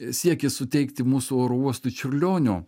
siekis suteikti mūsų oro uostui čiurlionio